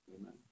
Amen